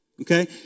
Okay